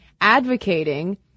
advocating